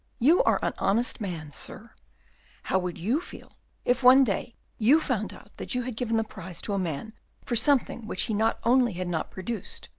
you are an honest man, sir how would you feel if one day you found out that you had given the prize to a man for something which he not only had not produced,